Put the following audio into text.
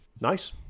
Nice